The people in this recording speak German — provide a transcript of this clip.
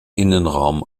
innenraum